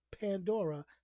Pandora